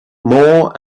more